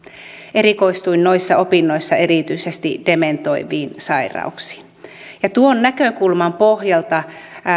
erikoistuin noissa opinnoissa erityisesti dementoiviin sairauksiin tuon näkökulman pohjalta